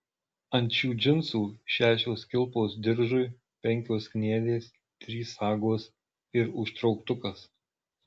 ant šių džinsų šešios kilpos diržui penkios kniedės trys sagos ir užtrauktukas